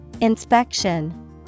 Inspection